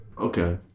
Okay